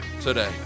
today